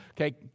Okay